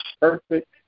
perfect